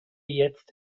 jetzt